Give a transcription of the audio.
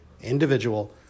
individual